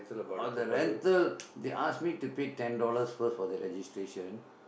orh the rental they ask me to pay ten dollar first for the registration